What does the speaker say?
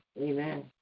Amen